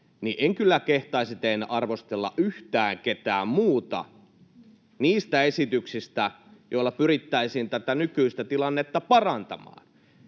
niin en kyllä kehtaisi teinä arvostella yhtään ketään muuta niistä esityksistä, joilla pyrittäisiin tätä nykyistä tilannetta parantamaan.